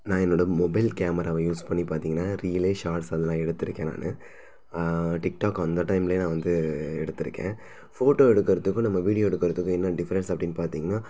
நான் என்னோடய மொபைல் கேமராவை யூஸ் பண்ணி பார்த்தீங்கன்னா ரீலு ஷார்ட்ஸ் அதெல்லாம் எடுத்துருக்கேன் நான் டிக்டாக் வந்த டைம்லையே நான் வந்து எடுத்துருக்கேன் ஃபோட்டோ எடுக்கிறதுக்கும் நம்ம வீடியோ எடுக்கிறதுக்கும் என்ன டிஃப்ரெண்ட்ஸ் அப்படின்னு பார்த்தீங்கன்னா